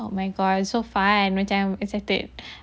oh my god it's so fun macam excited